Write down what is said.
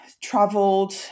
traveled